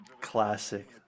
Classic